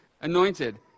anointed